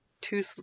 two